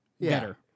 better